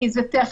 כי זה טכני,